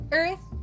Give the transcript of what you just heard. earth